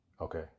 Okay